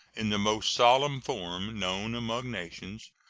in the most solemn form known among nations,